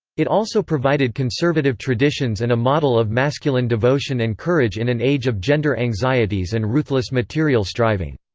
it also provided conservative traditions and a model of masculine devotion and courage in an age of gender anxieties and ruthless material striving.